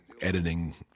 editing